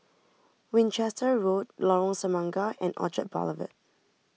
Winchester Road Lorong Semangka and Orchard Boulevard